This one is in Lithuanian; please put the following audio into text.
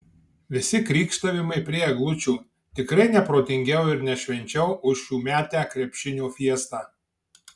visi krykštavimai prie eglučių tikrai ne protingiau ir ne švenčiau už šiųmetę krepšinio fiestą